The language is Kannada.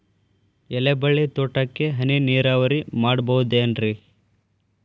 ಎಲೆಬಳ್ಳಿ ತೋಟಕ್ಕೆ ಹನಿ ನೇರಾವರಿ ಮಾಡಬಹುದೇನ್ ರಿ?